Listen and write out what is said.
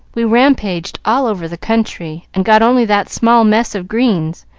we rampaged all over the country, and got only that small mess of greens.